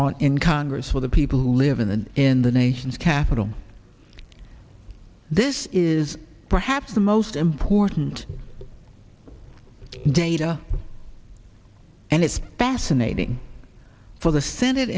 on in congress with the people who live in the in the nation's capital this is perhaps the most important data and it's fascinating for the senate